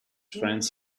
friends